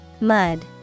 Mud